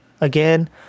Again